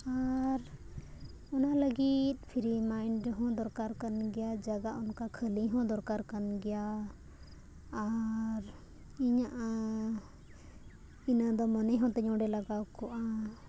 ᱟᱨ ᱚᱱᱟ ᱞᱟᱹᱜᱤᱫ free mind ᱦᱚᱸ ᱫᱚᱨᱠᱟᱨ ᱠᱟᱱ ᱜᱮᱭᱟ ᱡᱟᱭᱜᱟ ᱚᱱᱠᱟ ᱠᱷᱟᱹᱞᱤ ᱦᱚᱸ ᱫᱚᱨᱠᱟᱨ ᱠᱟᱱ ᱜᱮᱭᱟ ᱟᱨ ᱤᱧᱟᱹᱜ ᱤᱱᱟᱹ ᱫᱚ ᱢᱚᱱᱮ ᱦᱚᱸ ᱛᱤᱧ ᱚᱸᱰᱮ ᱞᱟᱜᱟᱣ ᱠᱚᱜᱼᱟ